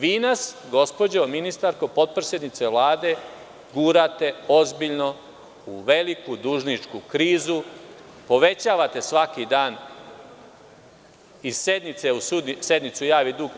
Vi nas gospođo ministarko, potpredsednice Vlade gurate ozbiljno u veliku dužničku krizu, povećavate svaki dan javni dug.